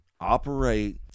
operate